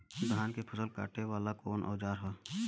धान के फसल कांटे वाला कवन औजार ह?